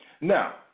Now